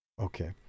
Okay